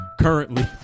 currently